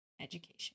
education